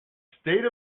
state